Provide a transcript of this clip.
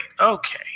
Okay